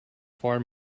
far